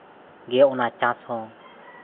ᱜᱮ ᱚᱱᱟ ᱪᱟᱥ ᱦᱚᱸ